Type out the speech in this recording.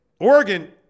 Oregon